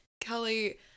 Kelly